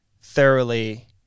thoroughly